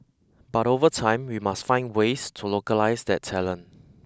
but over time we must find ways to localize that talent